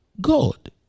God